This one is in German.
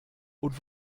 und